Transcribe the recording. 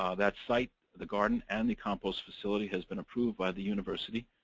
ah that site, the garden and the compost facility has been approved by the university.